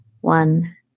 One